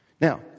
Now